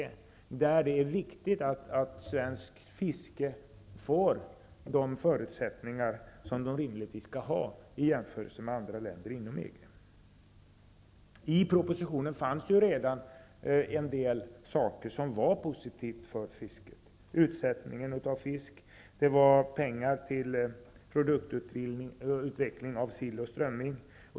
Det är då viktigt att svenskt fiske får de förutsättningar man rimligtvis skall ha i jämförelse med andra länder inom EG. Det fanns ju redan i propositionen en del saker som var positiva för fisket, såsom utsättning av fisk och pengar till produktutveckling av sill och strömming.